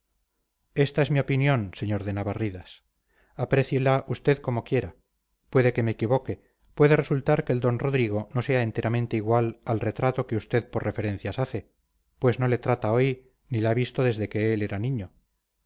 esta es mi opinión sr de navarridas apréciela usted como quiera puede que me equivoque puede resultar que el d rodrigo no sea enteramente igual al retrato que usted por referencias hace pues no le trata hoy ni le ha visto desde que él era niño